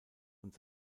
und